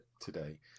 today